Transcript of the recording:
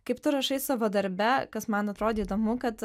kaip tu rašai savo darbe kas man atrodė įdomu kad